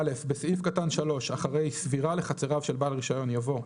בסעיף קטן (3) אחרי "סבירה לחצריו של בעל רישיון" יבוא ",